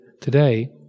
today